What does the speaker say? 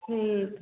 ठीक है